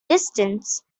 distance